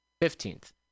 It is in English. Fifteenth